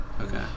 okay